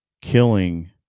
killing